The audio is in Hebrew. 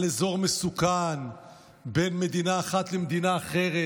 על אזור מסוכן בין מדינה אחת למדינה אחרת,